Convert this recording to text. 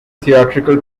theatrical